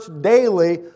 daily